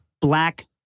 black